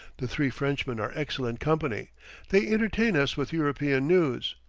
the three frenchmen are excellent company they entertain us with european news,